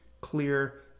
clear